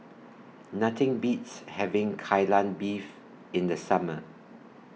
Nothing Beats having Kai Lan Beef in The Summer